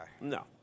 No